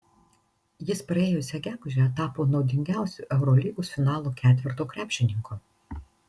jis praėjusią gegužę tapo naudingiausiu eurolygos finalo ketverto krepšininku